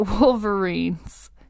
Wolverines